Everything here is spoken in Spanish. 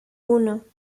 uno